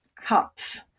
cups